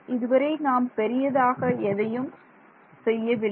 இதுவரை நாம் பெரியதாக எதையும் நாம் செய்யவில்லை